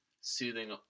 soothing